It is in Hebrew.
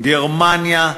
גרמניה,